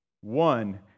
one